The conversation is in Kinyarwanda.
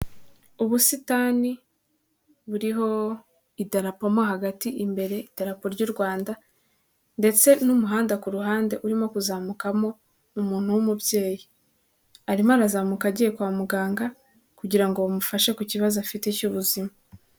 Ubusitani buriho Idarapo mo hagati imbere, Idaerapo ry'u Rwanda ndetse n'umuhanda ku ruhande urimo kuzamukamo umuntu w'umubyeyi, arimo arazamuka agiye kwa muganga kugira ngo bamufashe ku kibazo afite cy'ubuzima.